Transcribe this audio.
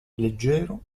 leggero